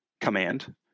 command